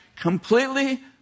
Completely